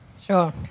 Sure